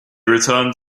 returned